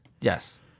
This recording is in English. Yes